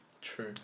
True